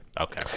okay